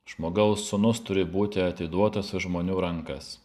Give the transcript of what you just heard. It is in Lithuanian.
žmogaus sūnus turi būti atiduotas iš žmonių rankas